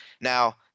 Now